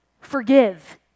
forgive